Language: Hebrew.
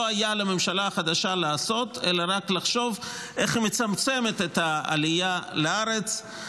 לא היה לממשלה החדשה לעשות אלא רק לחשוב איך היא מצמצמת את העלייה לארץ,